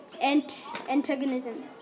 antagonism